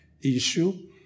issue